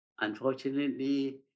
Unfortunately